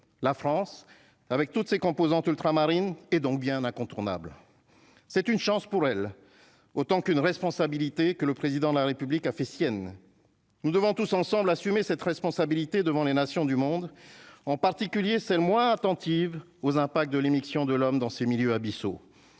la France, avec toutes ses composantes ultramarines et donc bien incontournable, c'est une chance pour elle autant qu'une responsabilité que le président de la République a fait sienne nous devons tous ensemble assumer cette responsabilité devant les nations du monde, en particulier celles moins attentive aux impacts de l'émission de l'homme dans ces milieux à Bissau,